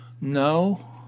no